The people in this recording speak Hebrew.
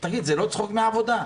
תגיד, זה לא צחוק מהעבודה?